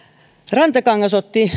rantakangas otti